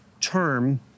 term